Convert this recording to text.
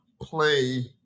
play